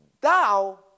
Thou